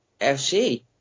FC